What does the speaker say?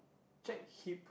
check hip